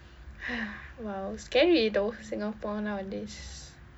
!wow! scary though singapore nowadays